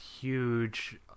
huge